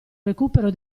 recupero